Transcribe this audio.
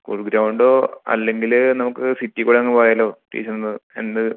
school ഗ്രൗണ്ടോ അല്ലങ്കിൽ നമുക്ക് സിറ്റീക്കൂടെ അങ്ങ് പോയാലോ ടീച്ചർ എന്ത് എന്ത്